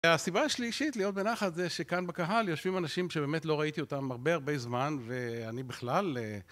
הסיבה השלישית להיות בנחת זה שכאן בקהל יושבים אנשים שבאמת לא ראיתי אותם הרבה הרבה זמן ואני בכלל